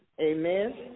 Amen